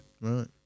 Right